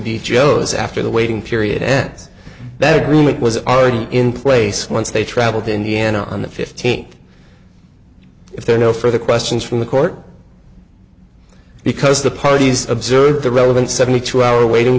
be joe's after the waiting period ends that agreement was already in place once they traveled in the end on the fifteenth if there are no further questions from the court because the parties observed the relevant seventy two hour waiting